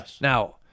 Now